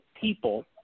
people